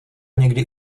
někdy